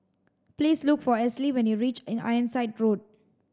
please look for when you reach Ironside Road